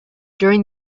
during